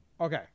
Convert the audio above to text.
Okay